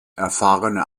erfahrene